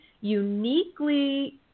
uniquely